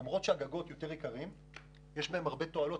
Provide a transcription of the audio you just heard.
למרות שהגגות יותר יקרים יש בהם הרבה תועלות,